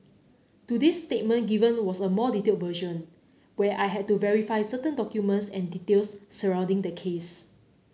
today's statement given was a more detailed version where I had to verify certain documents and details surrounding the case